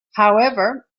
however